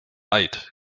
eid